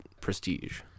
prestige